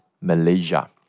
Malaysia